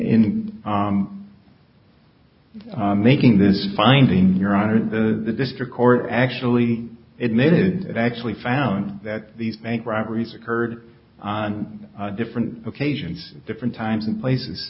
in making this finding your honor the district court actually admitted it actually found that these bank robberies occurred on different occasions different times and places